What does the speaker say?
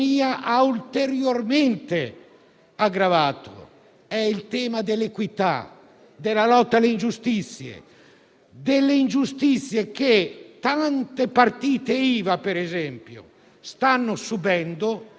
sconfiggere la pandemia è una priorità per la salute dei cittadini, tanto quanto per l'economia. Se la pandemia continua, l'economia non ha ripresa.